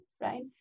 right